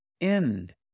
end